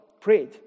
prayed